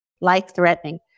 life-threatening